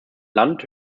land